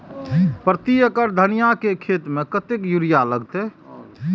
प्रति एकड़ धनिया के खेत में कतेक यूरिया लगते?